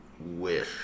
wish